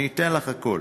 אני אתן לך הכול.